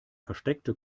versteckte